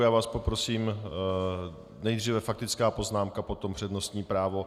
Já vás poprosím nejdříve faktická poznámka, potom přednostní právo.